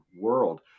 world